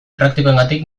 praktikoengatik